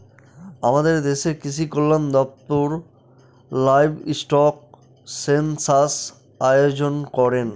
আমাদের দেশের কৃষিকল্যান দপ্তর লাইভস্টক সেনসাস আয়োজন করেন